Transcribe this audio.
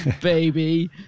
baby